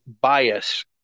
bias